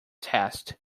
test